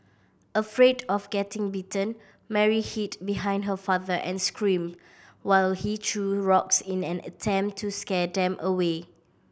afraid of getting bitten Mary hid behind her father and screamed while he threw rocks in an attempt to scare them away